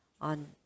on